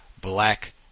black